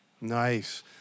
Nice